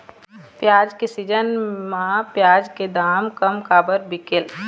प्याज के सीजन म प्याज के दाम कम काबर बिकेल?